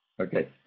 Okay